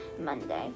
Monday